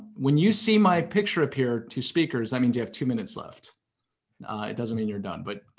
when you see my picture appear to speakers, that means you have two minutes left. it doesn't mean you're done. but,